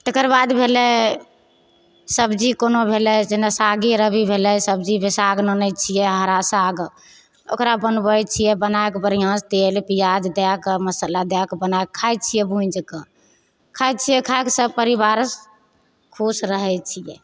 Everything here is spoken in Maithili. तेकरबाद भेलै सबजी कोनो भेलै जेना सागे रबी भेलै सबजी जे साग आनैत छियै हारा साग ओकरा बनबैत छियै बनाकऽ बढ़िआँसँ तेल पिआज दए कऽ मसाला दए कऽ बनाकऽ खाइत छियै भुँजि कऽ खाइत छियै खाइ कऽ सब परिबार खुश रहैत छियै